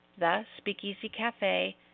thespeakeasycafe